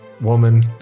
woman